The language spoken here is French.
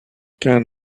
qu’un